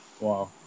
Wow